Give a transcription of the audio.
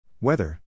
Weather